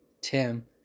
Tim